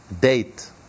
date